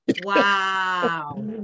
Wow